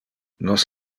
nos